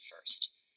first